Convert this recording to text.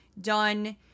done